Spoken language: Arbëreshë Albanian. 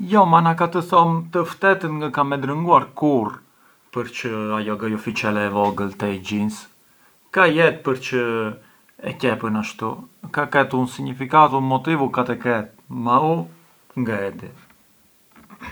Jo ma na ka të thom të ftetën ngë kam e drënguar kurrë, përçë ë ajo gajofiçele e vogël te i jeans, ka jetë përçë e qepën ashtu, ka ketë un significatu e motivu ka t’e ket, ma u ngë e di.